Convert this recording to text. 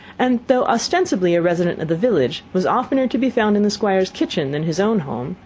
and though ostensibly a resident of the village, was oftener to be found in the squire's kitchen than his own home,